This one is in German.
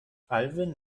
alwin